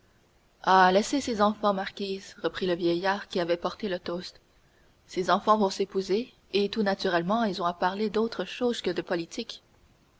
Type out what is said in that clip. eh laissez ces enfants marquise reprit le vieillard qui avait porté le toast ces enfants vont s'épouser et tout naturellement ils ont à parler d'autre chose que de politique